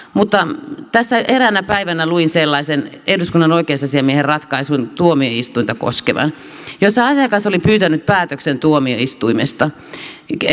mutta tässä eräänä päivänä luin sellaisen eduskunnan oikeusasiamiehen ratkaisun tuomioistuinta koskevan jossa asiakas oli pyytänyt päätöksen tuomioistuimesta ilmoittanut että hän haluaa sen